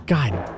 God